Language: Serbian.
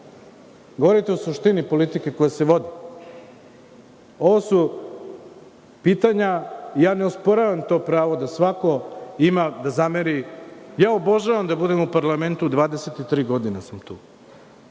govorite o suštini politike koja se vodi. Ovo su pitanja, ne osporavam to pravo da svako ima da zameri, obožava da bude u parlamentu, 23 godine sam tu.